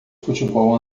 futebol